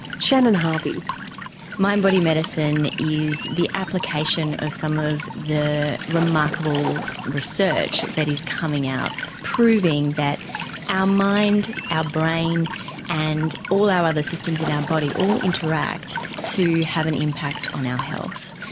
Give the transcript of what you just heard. shannon harvey mind body medicine is the application of some of the remarkable research that is coming out proving that our mind, our ah brain and all our other systems in our body all interact to have an impact on our health.